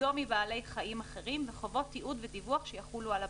בידודו מבעלי חיים אחרים וחובות תיעוד ודיווח שיחולו על הבעלים"